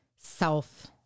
self